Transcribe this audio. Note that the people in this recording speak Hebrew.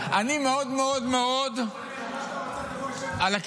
אני מאוד מאוד --- על מה שאתה רוצה אתה יכול לשבת.